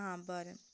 हा बरें